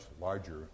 larger